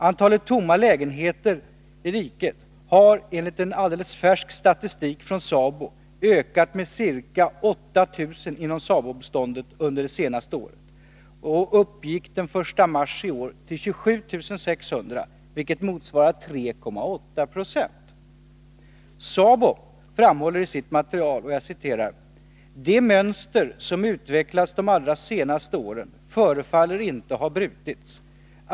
Antalet tomma lägenheter i riket har enligt en alldeles färsk statistik från SABO ökat med ca 8 000 inom SABO-beståndet under det senaste året och uppgick den 1 marsi år till 27 600, vilket motsvarar 3,8 26. SABO framhåller i sitt material: ”Det mönster som utvecklats de allra senaste åren förefaller inte ha brutits.